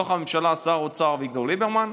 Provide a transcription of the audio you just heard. בתוך הממשלה שר האוצר אביגדור ליברמן,